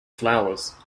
flowers